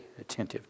attentive